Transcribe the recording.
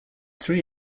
three